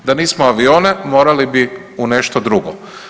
Da nismo avione, morali bi u nešto drugo.